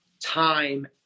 time